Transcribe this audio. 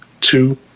two